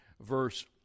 verse